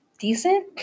Decent